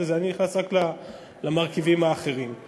נמצא פה